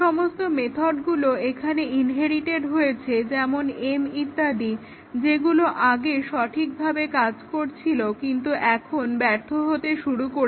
যে সমস্ত মেথডগুলো এখানে ইনহেরিটেড হয়েছে যেমন m ইত্যাদি যেগুলো আগে কাজ কর্বহহিল সেগুলো এখন ব্যর্থ হতে শুরু করে